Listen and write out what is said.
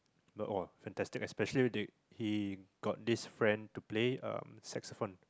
!wah! fantastic especially they he got this friend to play ah saxaphone